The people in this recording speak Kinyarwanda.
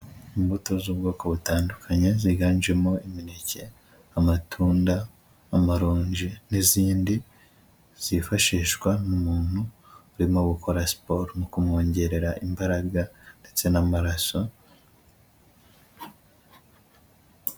Imbuto z'ubwoko butandukanye, ziganjemo imineke, amatunda, amaronji, n'izindi, zifashishwa n'umuntu urimo gukora siporo, mu kumwongerera imbaraga, ndetse n'amaraso...